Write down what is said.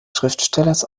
schriftstellers